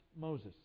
Moses